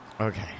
Okay